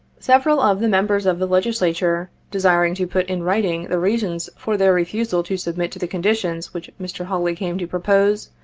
several of the members of the legislature desiring to put in writing the reasons for their refusal to submit to the conditions which mr. hawley came to propose,